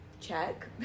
Check